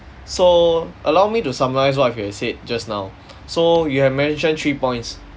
so allow me to summarize what you have said just now so you have mentioned three points